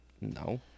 No